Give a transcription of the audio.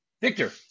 Victor